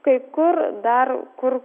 kai kur dar kur